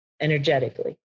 energetically